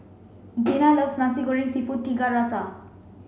Gena loves Nasi Goreng seafood Tiga Rasa